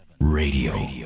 Radio